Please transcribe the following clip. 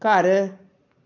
ਘਰ